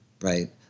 right